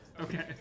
Okay